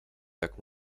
tak